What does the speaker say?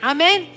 Amen